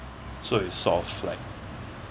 so is sort of like